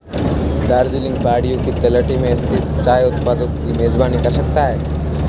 दार्जिलिंग पहाड़ियों की तलहटी में स्थित चाय उत्पादकों की मेजबानी करता है